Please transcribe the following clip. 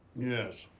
yes.